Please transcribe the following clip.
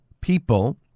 people